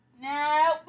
No